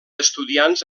estudiants